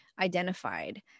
identified